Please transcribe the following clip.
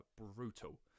brutal